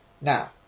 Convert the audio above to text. Now